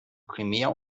primär